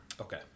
okay